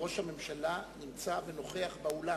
ראש הממשלה נמצא ונוכח באולם.